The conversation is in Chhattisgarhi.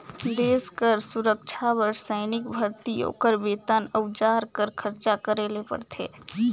देस कर सुरक्छा बर सैनिक भरती, ओकर बेतन, अउजार कर खरचा करे ले परथे